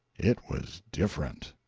it was different.